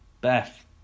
Beth